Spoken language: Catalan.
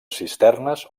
cisternes